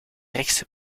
rechtse